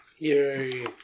Yay